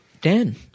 Dan